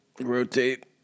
Rotate